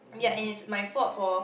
ya and it's my fault for